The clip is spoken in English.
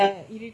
ah